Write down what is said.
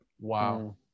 Wow